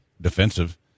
defensive